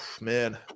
man